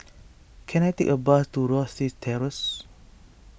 can I take a bus to Rosyth Terrace